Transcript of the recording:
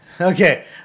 Okay